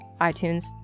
iTunes